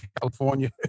California